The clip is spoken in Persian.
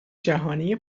جهانی